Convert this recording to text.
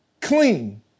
clean